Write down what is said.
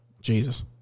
Jesus